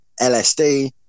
LSD